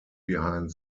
behind